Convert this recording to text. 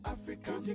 African